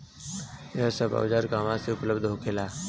यह सब औजार कहवा से उपलब्ध होखेला?